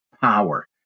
power